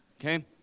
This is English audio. Okay